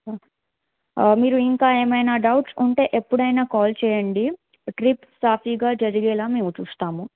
మీరు ఇంకా ఏమైనా డౌట్స్ ఉంటే ఎప్పుడైనా కాల్ చేయండి ట్రిప్ సాఫీగా జరిగేలాగ మేము చూస్తాము